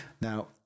now